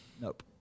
Nope